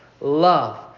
Love